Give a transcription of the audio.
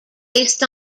based